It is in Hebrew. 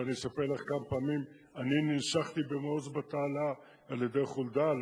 שאני אספר לך כמה פעמים אני ננשכתי במעוז בתעלה על-ידי חולדה?